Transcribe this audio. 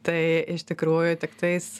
taai iš tikrųjų tiktais